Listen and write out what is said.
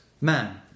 Man